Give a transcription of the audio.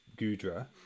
Gudra